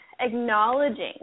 acknowledging